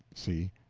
c.